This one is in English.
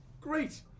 great